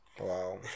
Wow